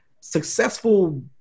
successful